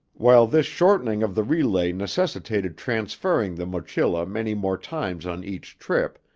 while this shortening of the relay necessitated transferring the mochila many more times on each trip,